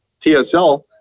TSL